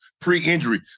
pre-injury